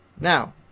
Now